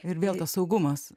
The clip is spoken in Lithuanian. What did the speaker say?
ir vėl tas saugumas